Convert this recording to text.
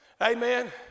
Amen